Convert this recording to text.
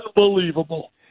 unbelievable